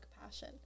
compassion